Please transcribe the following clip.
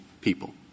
people